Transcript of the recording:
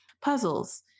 Puzzles